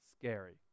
scary